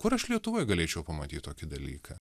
kur aš lietuvoj galėčiau pamatyt tokį dalyką